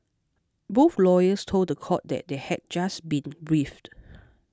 both lawyers told the court that they had just been briefed